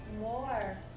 More